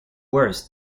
worse